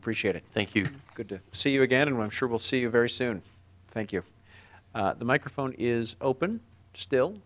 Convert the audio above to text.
appreciate it thank you good to see you again and i'm sure we'll see you very soon thank you the microphone is open still